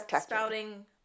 spouting